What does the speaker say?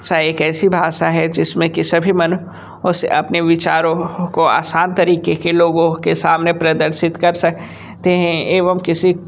सा एक ऐसी भाषा है जिसमें की सभी मनु ष्य अपने विचारों को आसान तरीके के लोगों के सामने प्रदर्शित कर स कते हैं एवम किसी